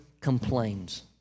complains